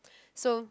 so